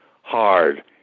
hard